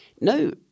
no –